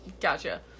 Gotcha